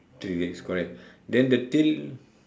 three legs correct then the tail